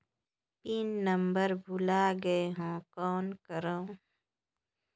Pin number भुला गयें हो कौन करव?